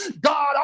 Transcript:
God